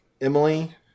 Emily